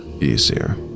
easier